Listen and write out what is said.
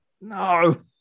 no